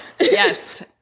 Yes